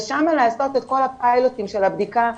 ושם לעשות את כל הפיילוטים של בדיקה,